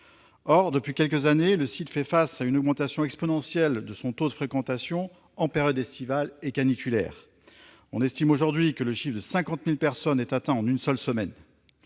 Or, depuis quelques années, il fait face à une augmentation exponentielle de son taux de fréquentation en période estivale ou caniculaire. On estime aujourd'hui à 50 000 personnes la fréquentation atteinte en une seule semaine.